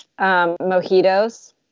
Mojitos